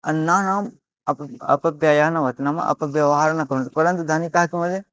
अन्नानाम् अप अपव्ययः न भवति नाम अपव्यवहाराः न कुर्वन्ति परन्तु धनिकाः किं कुर्वन्ति